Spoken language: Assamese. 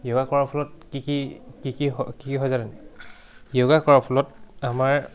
য়োগা কৰাৰ ফলত কি কি কি কি হয় কি কি হয় জানেনে য়োগা কৰাৰ ফলত আমাৰ